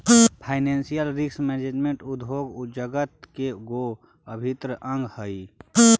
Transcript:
financial risk management उद्योग जगत के गो अभिन्न अंग हई